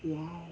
!wow!